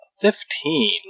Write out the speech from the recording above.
Fifteen